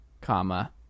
comma